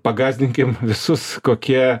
pagąsdinkim visus kokie